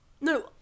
No